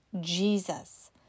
Jesus